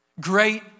great